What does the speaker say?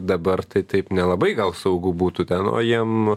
dabar tai taip nelabai gal saugu būtų ten o jiem